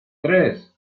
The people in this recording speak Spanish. tres